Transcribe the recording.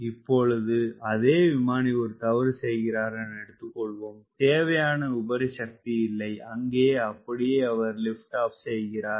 இப்பொழுது அதே விமானி ஒரு தவறு செய்கிறார் என எடுத்துக்கொள்வோம் தேவையான உபரி சக்தி இல்லை அங்கேயே அப்படியே அவர் லிப்ட் ஆப் செய்கிறார்